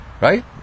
right